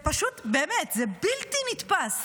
באמת, זה בלתי נתפס